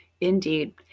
Indeed